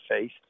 faith